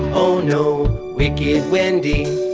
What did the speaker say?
oh no, wicked wendy.